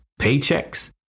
paychecks